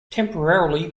temporarily